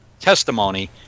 testimony